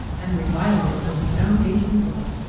and reviled it from the foundations up.